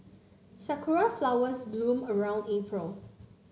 sakura flowers bloom around April